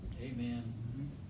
Amen